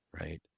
right